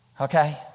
Okay